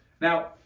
Now